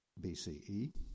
BCE